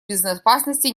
безопасности